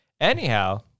anyhow